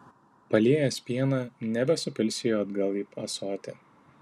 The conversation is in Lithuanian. paliejęs pieną nebesupilsi jo atgal į ąsotį